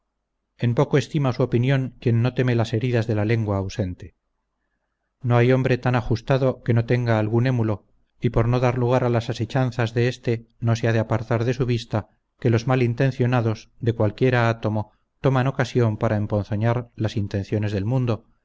en poco estima su opinión quien no teme las heridas de la lengua ausente no hay hombre tan ajustado que no tenga algún émulo y por no dar lugar a las asechanzas de este no se ha de apartar de su vista que los mal intencionados de cualquiera átomo toman ocasión para empozoñar las intenciones del mundo